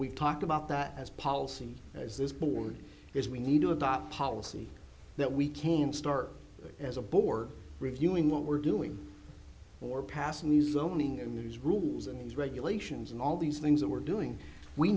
we've talked about that as policy as this board is we need to adopt a policy that we can start as a board reviewing what we're doing or passing the zoning and these rules and regulations and all these things that we're doing we